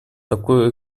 такой